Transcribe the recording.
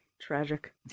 tragic